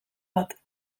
bat